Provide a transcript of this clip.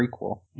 prequel